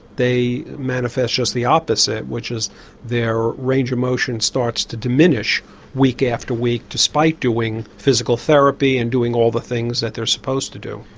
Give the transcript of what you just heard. they manifest just the opposite which is their range of motion starts to diminish week after week despite doing physical therapy and doing all the things that they're supposed to do.